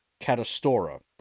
Catastora